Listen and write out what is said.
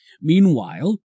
Meanwhile